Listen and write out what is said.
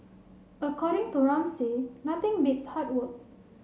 according to Ramsay nothing beats hard work